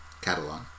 Catalan